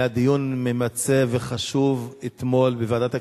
היה דיון ממצה וחשוב אתמול בוועדת הכספים.